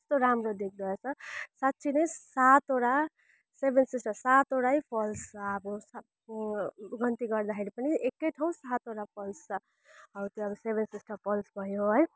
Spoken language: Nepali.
कस्तो राम्रो देख्दो रहेछ साँच्चिनै सातवटा सेभेन सिस्टर्स सातवटै फल्स छ अब सातको गन्ती गर्दाखेरि पनि एकै ठाउँ सातवटा फल्स छ हो त्यो सेभेन सिस्टर्स फल्स भयो है